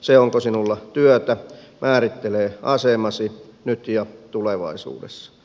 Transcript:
se onko sinulla työtä määrittelee asemasi nyt ja tulevaisuudessa